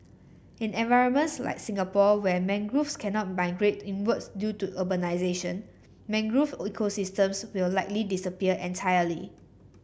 in environments like Singapore where mangroves cannot migrate inwards due to urbanisation mangrove ecosystems will likely disappear entirely